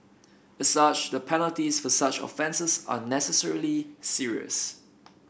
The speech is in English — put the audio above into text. as such the penalties for such offences are necessarily serious